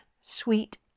sweet